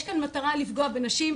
יש כאן מטרה לפגוע בנשים.